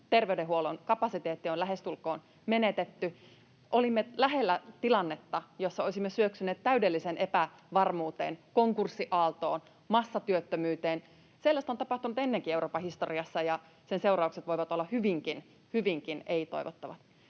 terveydenhuollon kapasiteetti on lähestulkoon menetetty. Olimme lähellä tilannetta, jossa olisimme syöksyneet täydelliseen epävarmuuteen, konkurssiaaltoon, massatyöttömyyteen. Sellaista on tapahtunut ennenkin Euroopan historiassa, ja sen seuraukset voivat olla hyvinkin, hyvinkin ei-toivottavat.